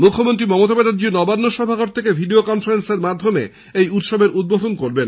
মুখ্যমন্ত্রী মমতা ব্যানার্জী নবান্ন সভাঘর থেকে ভিডিও কনফারেন্সের মাধ্যমে চলচ্চিত্র উৎসবের উদ্বোধন করবেন